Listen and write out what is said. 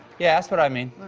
yeah, that's what i mean.